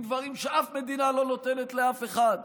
עם דברים שאף מדינה לא נותנת לאף אחד.